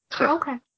Okay